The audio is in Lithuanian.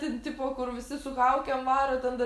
ten tipo kur visi su kaukėm varo ten dar